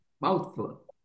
mouthful